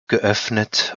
geöffnet